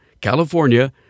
California